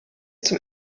zum